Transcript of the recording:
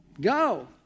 go